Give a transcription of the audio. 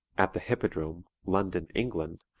at the hippodrome, london, england,